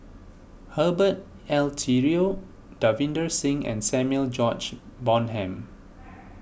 Herbert Eleuterio Davinder Singh and Samuel George Bonham